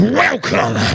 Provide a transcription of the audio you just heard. welcome